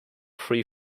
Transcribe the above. free